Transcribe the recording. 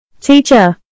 Teacher